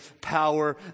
power